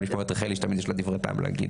לשמוע את רחלי שתמיד יש לה דברי טעם להגיד.